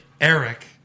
Eric